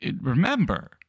remember